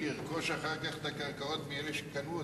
מי ירכוש אחר כך את הקרקעות מאלה שקנו אותם?